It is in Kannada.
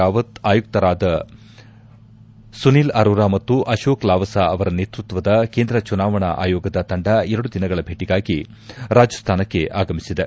ರಾವತ್ ಆಯುಕ್ತರಾದ ಸುನೀಲ್ ಅರೊರ ಮತ್ತು ಅಶೋಕ್ ಲಾವಸ ಅವರ ನೇತೃತ್ವದ ಕೇಂದ್ರ ಚುನಾವಣಾ ಆಯೋಗದ ತಂಡ ಎರಡು ದಿನಗಳ ಭೇಟಿಗಾಗಿ ರಾಜಸ್ತಾನಕ್ಕೆ ಆಗಮಿಸಿದೆ